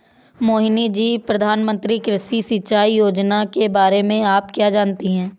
मोहिनी जी, प्रधानमंत्री कृषि सिंचाई योजना के बारे में आप क्या जानती हैं?